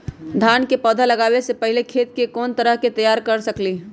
धान के पौधा लगाबे से पहिले खेत के कोन तरह से तैयार कर सकली ह?